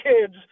kids